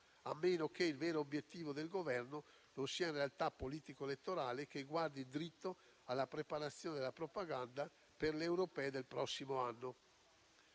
a meno che il vero obiettivo del Governo non sia, in realtà, politico-elettorale e guardi dritto alla preparazione della propaganda per le europee del prossimo anno.